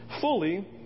fully